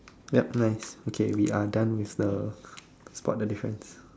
yep nice okay we are done with the spot the difference